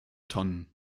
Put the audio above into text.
tonnen